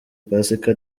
pasika